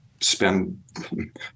spend